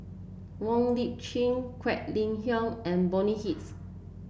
Wong Lip Chin Quek Ling Kiong and Bonny Hicks